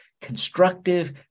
constructive